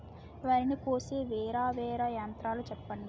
వరి ని కోసే వేరా వేరా యంత్రాలు చెప్పండి?